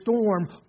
storm